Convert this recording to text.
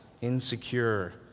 insecure